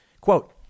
Quote